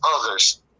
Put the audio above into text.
others